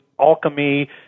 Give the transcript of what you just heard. alchemy